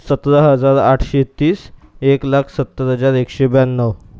सतरा हजार आठशे तीस एक लाख सत्तर हजार एकशे ब्याण्णव